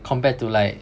compared to like